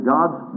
God's